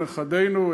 נכדינו,